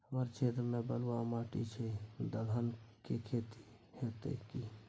हमर क्षेत्र में बलुआ माटी छै, दलहन के खेती होतै कि?